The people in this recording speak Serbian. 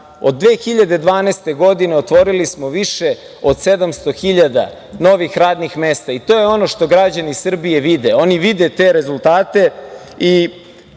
Od 2012. godine otvorili smo više od 700.000 novih radnih mesta i to je ono što građani Srbije vide. Oni vide te rezultate.